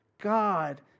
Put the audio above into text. God